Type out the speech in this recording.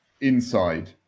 inside